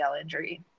injury